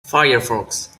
firefox